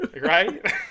Right